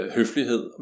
Høflighed